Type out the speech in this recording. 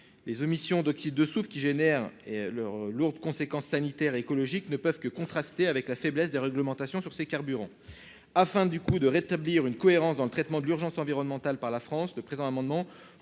les émissions d'oxyde de soufre qui génère et leurs lourdes conséquences sanitaires, écologiques, ne peuvent que contrasté avec la faiblesse des réglementations sur ces carburants afin, du coup, de rétablir une cohérence dans le traitement de l'urgence environnementale par la France le présent amendement